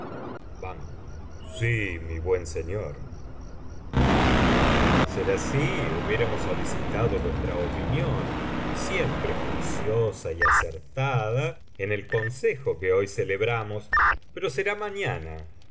sí mi buen señor de no ser así hubiéramos solicitado vuestra opinión siempre juiciosa y acertada en el consejo que hoy celebramos pero será mañana